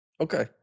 Okay